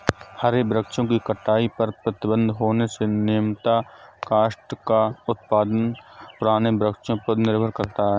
हरे वृक्षों की कटाई पर प्रतिबन्ध होने से नियमतः काष्ठ का उत्पादन पुराने वृक्षों पर निर्भर करता है